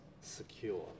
secure